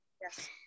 Yes